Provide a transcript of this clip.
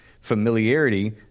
Familiarity